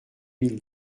mille